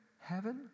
heaven